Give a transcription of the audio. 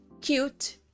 cute